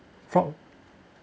for